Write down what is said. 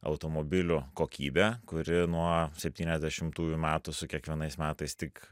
automobilių kokybė kuri nuo septyniasdešimtųjų metų su kiekvienais metais tik